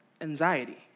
anxiety